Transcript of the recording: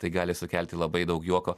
tai gali sukelti labai daug juoko